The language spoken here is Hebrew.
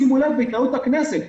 שימו לב, בהתנהלות הכנסת,